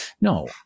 No